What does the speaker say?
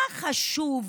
מה חשובים